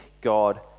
God